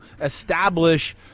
establish